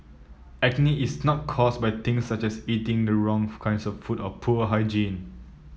acne is not caused by things such as eating the wrong kinds of food or poor hygiene